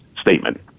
statement